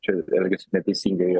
čia elgiasi neteisingai